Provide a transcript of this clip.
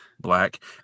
black